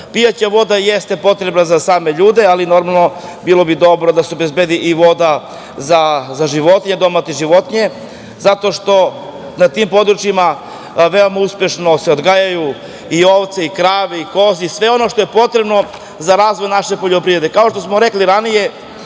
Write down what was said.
voda? Pijaća voda jeste potrebna za same ljude, ali normalno bilo bi dobro da se obezbedi i voda za domaće životinje zato što na tim područjima veoma uspešno se odgajaju i ovce, krave, koze i sve ono što je potrebno za razvoj naše poljoprivrede. Kao